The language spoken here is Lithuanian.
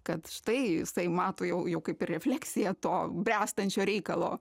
kad štai jisai mato jau jau kaip ir refleksiją to bręstančio reikalo